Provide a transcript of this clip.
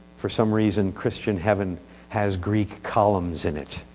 for some reason, christian heaven has greek columns in it.